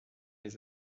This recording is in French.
les